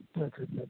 ᱟᱪᱷᱟ ᱟᱪᱷᱟ